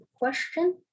question